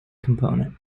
component